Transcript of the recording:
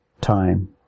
time